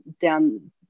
down